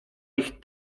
ich